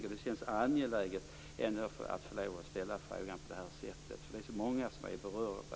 Men jag tycker ändå att det känns angeläget att få ställa frågan på det här sättet, för det är så många som är berörda.